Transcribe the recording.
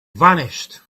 vanished